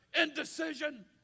indecision